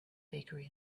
bakery